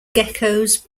geckos